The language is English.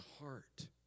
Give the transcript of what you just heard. heart